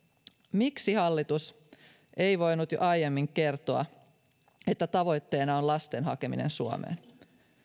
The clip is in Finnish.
miksi hallitus ei voinut jo aiemmin kertoa että tavoitteena on lasten hakeminen suomeen